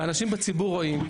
ואנשים בציבור רואים,